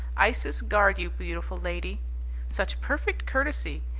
isis guard you, beautiful lady such perfect courtesy,